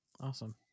awesome